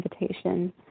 invitation